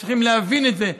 הם צריכים להבין את זה.